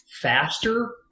faster